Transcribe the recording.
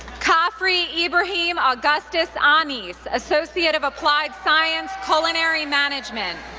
khafre yeah ibrahim-augustus ah annis, associate of applied science, culinary management.